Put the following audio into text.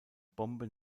bombe